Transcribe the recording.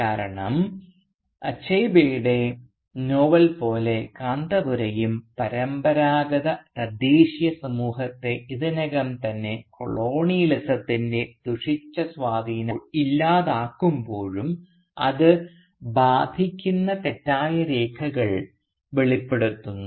കാരണം അച്ചെബീയുടെ നോവൽ പോലെ കാന്തപുരയും പരമ്പരാഗത തദ്ദേശീയ സമൂഹത്തെ ഇതിനകം തന്നെ കൊളോണിയലിസത്തിൻറെ ദുഷിച്ച സ്വാധീനം ഇല്ലാതാക്കുമ്പോഴും അത് ബാധിക്കുന്ന തെറ്റായ രേഖകൾ വെളിപ്പെടുത്തുന്നു